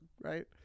right